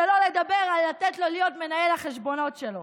שלא לדבר על לתת לו להיות מנהל החשבונות שלו.